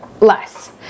less